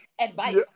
advice